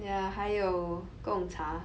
ya 还有 Gong Cha